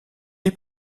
est